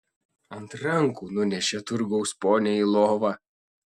ant rankų nunešė turgaus ponią į lovą